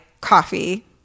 coffee